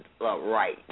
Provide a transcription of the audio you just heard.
Right